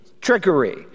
trickery